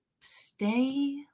stay